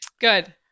Good